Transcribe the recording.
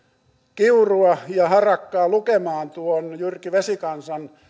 kiurua ja harakkaa lukemaan tuon jyrki vesikansan